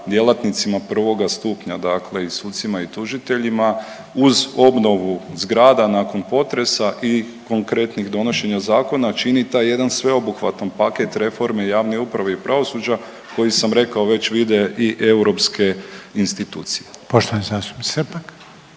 djelatnicima prvoga stupnja dakle i sucima i tužiteljima uz obnovu zgrada nakon potresa i konkretnih donošenja zakona čini taj jedan sveobuhvatan paket reforme javne uprava i pravosuđa koji sam rekao već vide i europske institucije. **Reiner, Željko